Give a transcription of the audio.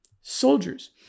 soldiers